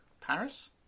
Paris